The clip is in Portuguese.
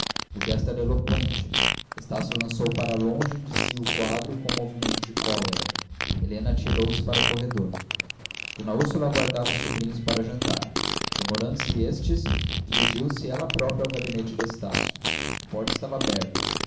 o gesto era eloqüente estácio lançou para longe de si o quadro com um movimento de cólera helena atirou-se para o corredor d úrsula aguardava os sobrinhos para jantar demorando-se estes dirigiu-se ela própria ao gabinete de estácio a porta estava aberta